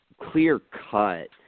clear-cut